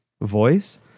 voice